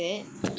a bit